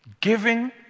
Giving